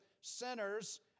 sinners